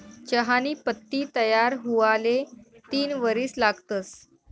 चहानी पत्ती तयार हुवाले तीन वरीस लागतंस